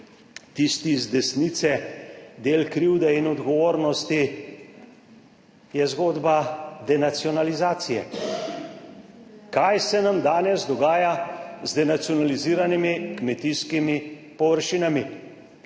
tisti z desnice del krivde in odgovornosti, je zgodba denacionalizacije. Kaj se nam danes dogaja z denacionaliziranimi kmetijskimi površinami?